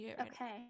okay